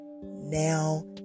Now